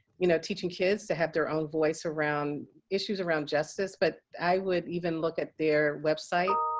you know teaching kids to have their own voice around issues around justice. but i would even look at their website